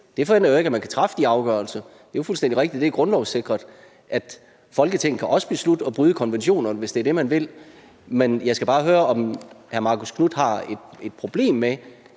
Det forhindrer jo ikke, at man kan træffe de afgørelser, for det er fuldstændig rigtigt, at det er grundlovssikret, at Folketinget også kan beslutte at bryde konventionerne, hvis det er det, man vil, men jeg skal bare høre, om hr. Marcus Knuth har et problem med,